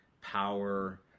power